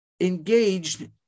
engaged